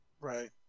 Right